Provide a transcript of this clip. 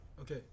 Okay